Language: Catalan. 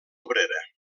obrera